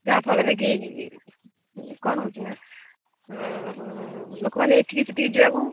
ଯାହାଫଳରେ କି କ'ଣ ହେଉଛି ନା ଲୋକମାନେ ଏଠିକି ସେଠିକି ଯିବାକୁ